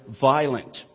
violent